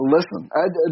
Listen